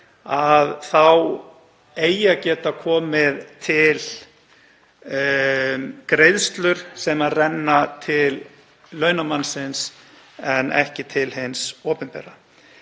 þá eigi að geta komið til greiðslur sem renna til launamannsins en ekki til hins opinbera.